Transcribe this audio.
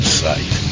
sight